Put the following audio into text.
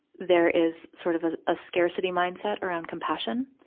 there is sort of ah a scarcity mindset around compassion,